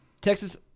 Texas